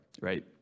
right